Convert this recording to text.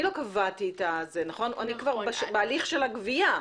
אני כבר בהליך של הגבייה.